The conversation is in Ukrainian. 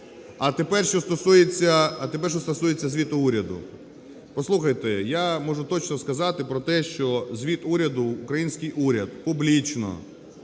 А тепер, що стосується звіту уряду. Послухайте, я можу точно сказати про те, що звіт уряду український уряд публічно